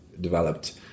developed